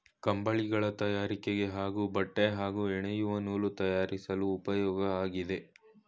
ಕಂಬಳಿಗಳ ತಯಾರಿಕೆಗೆ ಹಾಗೂ ಬಟ್ಟೆ ಹಾಗೂ ಹೆಣೆಯುವ ನೂಲು ತಯಾರಿಸಲು ಉಪ್ಯೋಗ ಆಗಿದೆ